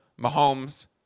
Mahomes